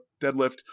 deadlift